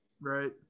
Right